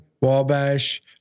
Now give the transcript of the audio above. Wabash